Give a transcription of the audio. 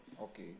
Okay